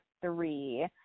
three